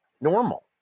normal